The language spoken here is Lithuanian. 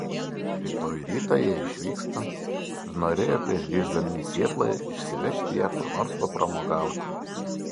rytoj rytą jie išvyksta ir norėjo prieš grįždami į sietlą išsivežti ją kur nors papramogauti